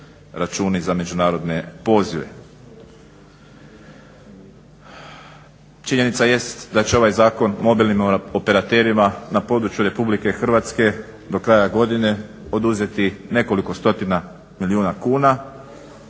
za međunarodne pozive. Činjenica jest da će ovaj zakon mobilnim operaterima na području RH do kraja godine oduzeti nekoliko stotina milijuna kuna,